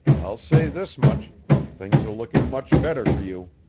i'll say this much things are looking much better for you.